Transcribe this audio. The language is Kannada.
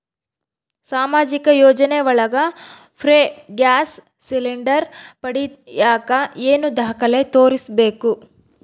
ಸಾಮಾಜಿಕ ಯೋಜನೆ ಒಳಗ ಫ್ರೇ ಗ್ಯಾಸ್ ಸಿಲಿಂಡರ್ ಪಡಿಯಾಕ ಏನು ದಾಖಲೆ ತೋರಿಸ್ಬೇಕು?